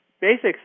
basic